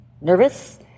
Nervous